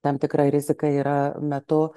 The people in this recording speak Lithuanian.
tam tikra rizika yra metu